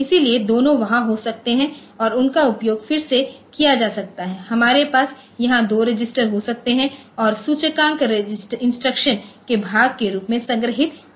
इसलिए दोनों वहां हो सकते हैं और उनका उपयोग फिर से किया जा सकता है हमारे पास यहां दो रजिस्टर हो सकते हैं और सूचकांक इंस्ट्रक्शन के भाग के रूप में संग्रहीत हो सकते हैं